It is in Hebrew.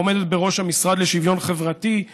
העומדת בראש המשרד לשוויון חברתי,